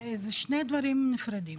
זה שני דברים נפרדים,